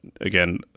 again